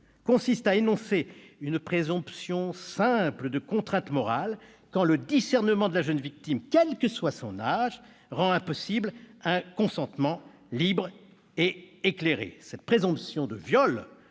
consiste à énoncer une présomption simple de contrainte morale quand le discernement de la jeune victime, quel que soit son âge, rend impossible un consentement libre et éclairé. Cette présomption de viol